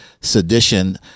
sedition